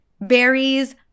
berries